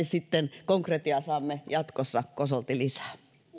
sitten konkretiaa saamme jatkossa kosolti lisää